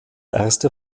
erste